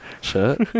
shirt